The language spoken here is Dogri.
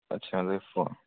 अच्छा ते फोन